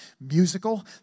Musical